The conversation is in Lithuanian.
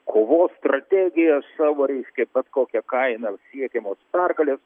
kovos strategija savo reiškia bet kokia kaina siekiamos pergalės